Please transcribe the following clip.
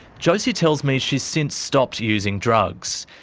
josie tells me she's since stopped using drugs.